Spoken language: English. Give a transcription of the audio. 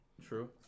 True